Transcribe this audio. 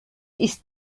ist